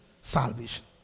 salvation